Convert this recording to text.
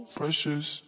precious